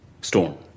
Storm